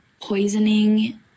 poisoning